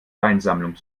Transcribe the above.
weinsammlung